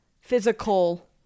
physical